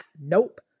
Nope